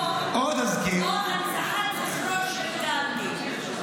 או הנצחת זכרו של גנדי.